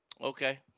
Okay